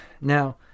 Now